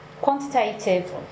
quantitative